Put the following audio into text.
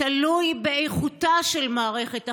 תלוי באיכותה של מערכת החינוך,